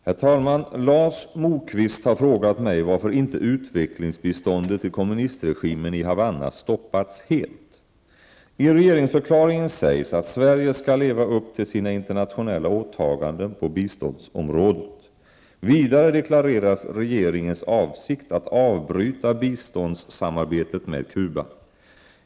Herr talman! Lars Moquist har frågat mig varför inte utvecklingsbiståndet till kommunistregimen i I regeringsförklaringen sägs att Sverige skall leva upp till sina internationella åtaganden på biståndsområdet. Vidare deklareras regeringens avsikt att avbryta biståndssamarbetet med Cuba.